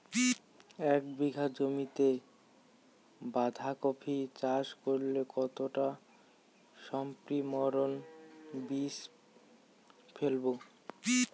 এক বিঘা জমিতে বাধাকপি চাষ করতে কতটা পপ্রীমকন বীজ ফেলবো?